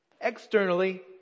Externally